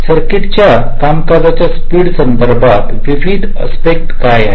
circuit च्या कामकाजाच्या speed संभंदीत विविध अस्पेक्ट काय आहेत